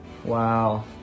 Wow